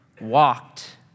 walked